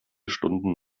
stunden